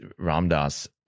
ramdas